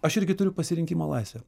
aš irgi turiu pasirinkimo laisvę